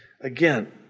Again